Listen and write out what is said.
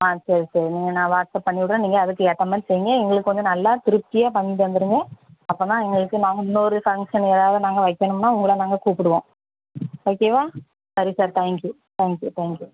ஆ சேரி சரிங்க நான் வாட்ஸ்அப் பண்ணி விட்றேன் நீங்கள் அதுக்கு ஏத்தமாதிரி சொல்லுங்கள் எங்களுக்கு கொஞ்சம் நல்லா திருப்தியாக பண்ணி தந்துவிடுங்க அப்போதான் உங்களுக்கு நாங்கள் இன்னொரு ஃபங்க்ஷன் எதாவது நாங்கள் வைக்கணும்ன்னா உங்கள நாங்கள் கூப்பிடுவோம் ஓகேவா சரி சார் தேங்க்யூ தேங்க்யூ தேங்க்யூ